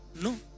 No